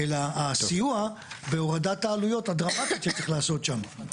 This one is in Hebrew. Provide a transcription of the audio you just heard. אלא הסיוע בהורדת העלויות הדרמטיות שצריך לעשות שם.